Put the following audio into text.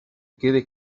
quede